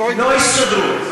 לא יסתדרו.